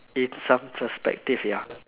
in some perspective ya